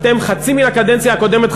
אתם חצי מהקדנציה הקודמת,